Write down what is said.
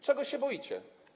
Czego się boicie?